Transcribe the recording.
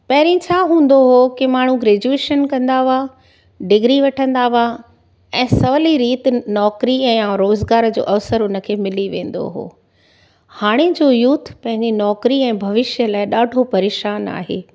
पहिरीं छा हूंदो हुयो की माण्हू ग्रेजुएजेशन कंदा हुआ डिग्री वठंदा हुआ ऐं सवली रीति नौकिरी ऐं हो रोजगार जो अवसर उनखे मिली वेंदो हो हाणे जो यूथ पंहिंजे नौकिरी ऐं भविष्य लाइ ॾाढो परेशानु आहे